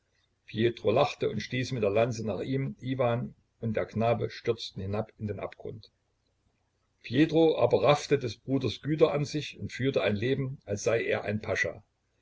pjetro lachte und stieß mit der lanze nach ihm iwan und der knabe stürzten hinab in den abgrund pjetro aber raffte des bruders güter an sich und führte ein leben als sei er ein pascha